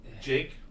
Jake